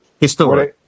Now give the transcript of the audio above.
history